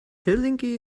helsinki